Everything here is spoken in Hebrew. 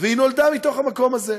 והיא נולדה מהמקום הזה.